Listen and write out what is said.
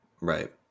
Right